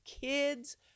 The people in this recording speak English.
kids